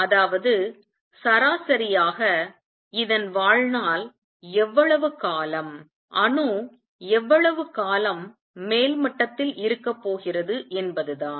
அதாவது சராசரியாக இதன் வாழ்நாள் எவ்வளவு காலம் அணு எவ்வளவு காலம் மேல் மட்டத்தில் இருக்கப் போகிறது என்பதுதான்